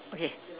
okay